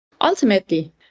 Ultimately